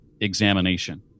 examination